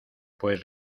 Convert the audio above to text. pues